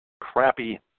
Crappy